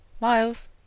Miles